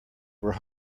were